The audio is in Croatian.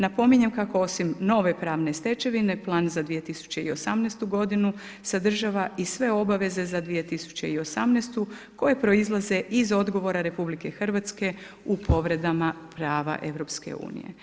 Napominjem kako osim nove pravne stečevine plan za 2018. g. sadržava i sve obaveze za 2018. koji proizlaze iz odgovora RH u povredama prava EU.